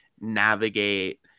navigate